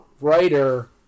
writer